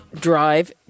drive